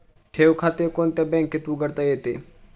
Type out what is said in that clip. ठेव खाते कोणत्या बँकेत उघडता येते?